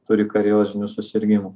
turi kariozinių susirgimų